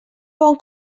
bon